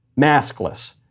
maskless